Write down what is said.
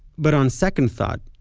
but on second thought,